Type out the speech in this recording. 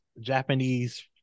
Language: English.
Japanese